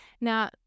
Now